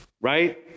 right